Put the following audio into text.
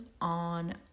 on